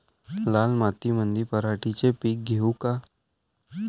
लाल मातीमंदी पराटीचे पीक घेऊ का?